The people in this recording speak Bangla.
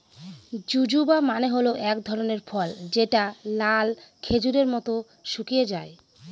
জুজুবা মানে হল এক ধরনের ফল যেটা লাল খেজুরের মত শুকিয়ে যায়